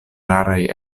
raraj